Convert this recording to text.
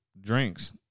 drinks